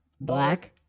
Black